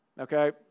Okay